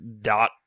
dot